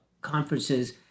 conferences